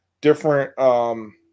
different